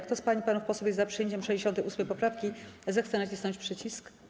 Kto z pań i panów posłów jest za przyjęciem 68. poprawki, zechce nacisnąć przycisk.